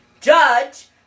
judge